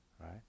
Right